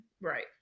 Right